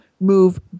move